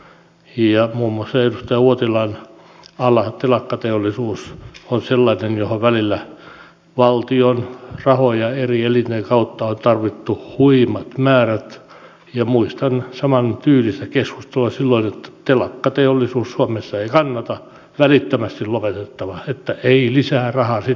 muun muassa edustaja uotilan ala telakkateollisuus on sellainen johon välillä valtion rahoja eri elinten kautta on tarvittu huimat määrät ja muistan saman tyylistä keskustelua silloin että telakkateollisuus suomessa ei kannata se on välittömästi lopetettava että ei lisää rahaa sinne sijoiteta